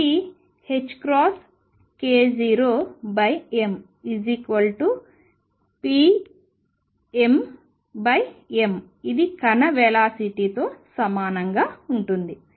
ఇది k0m p0m ఇది కణ వెలాసిటీ తో సమానంగా ఉంటుంది